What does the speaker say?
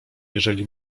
jeżeli